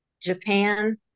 Japan